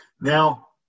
Now